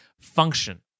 function